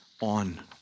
on